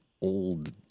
old